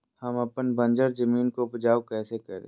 हम अपन बंजर जमीन को उपजाउ कैसे करे?